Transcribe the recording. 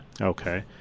Okay